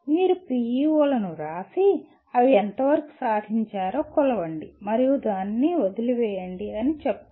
మీరు PEO లను వ్రాసి అవి ఎంతవరకు సాధించారో కొలవండి మరియు దానిని వదిలివేయండి అని చెప్పారు